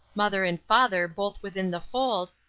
mother and father both within the fold,